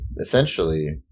essentially